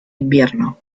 invierno